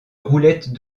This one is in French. roulette